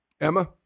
Emma